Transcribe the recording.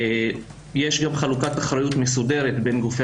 יש גם חלוקת אחריות מסודרת בין גופי